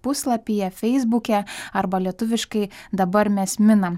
puslapyje feisbuke arba lietuviškai dabar mes minam